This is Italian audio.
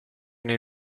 nel